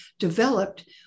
developed